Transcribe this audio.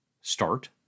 start